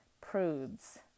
prudes